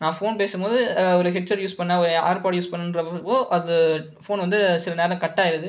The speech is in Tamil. நான் ஃபோன் பேசும் போது ஒரு ஹெட்செட் யூஸ் பண்ண ஒ ஆட்பாட் யூஸ் பண்ணுறப்போ அது ஃபோன் வந்து சில நேரம் கட் ஆயிடுது